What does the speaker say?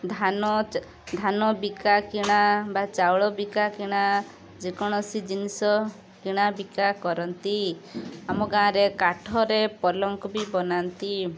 ଧାନ ଚା ଧାନ ବିକାକିଣା ବା ଚାଉଳ ବିକାକିଣା ଯେକୌଣସି ଜିନିଷ କିଣାବିକା କରନ୍ତି ଆମ ଗାଁରେ କାଠରେ ପଲଙ୍କ ବି ବନାନ୍ତି